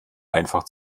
einfach